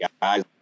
guys